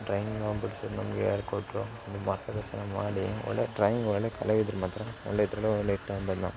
drawing ನಾವು ಬಿಡ್ಸೋದು ನಮಗೆ ಹೇಳ್ಕೊಟ್ರು ಒಂದು ಮಾರ್ಗದರ್ಶನ ಮಾಡಿ ಒಳ್ಳೆ ಡ್ರಾಯಿಂಗ್ ಒಳ್ಳೆ ಕಲಾವಿದ್ರು ಮಾತ್ರ ಒಳ್ಳೆ